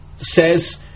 says